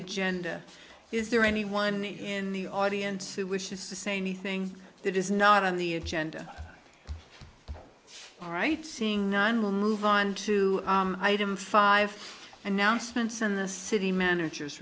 agenda is there anyone in the audience who wishes to say anything that is not on the agenda all right seeing nine we'll move on to item five announcements in the city managers